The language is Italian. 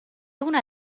una